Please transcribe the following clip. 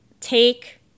take